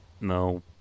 no